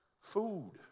food